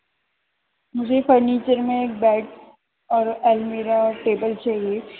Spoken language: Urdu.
مجھے فرنیچر میں ایک بیڈ اور اللمیرا ٹیبل چاہیے